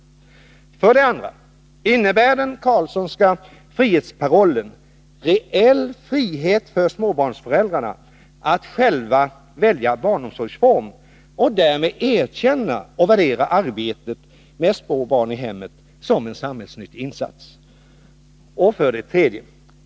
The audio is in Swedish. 2. Innebär den Carlssonska frihetsparollen reell frihet för småbarnsföräldrarna att själva välja barnomsorgsform? Erkänns och värderas därmed arbetet med små barn i hemmet som en samhällsnyttig insats? 3.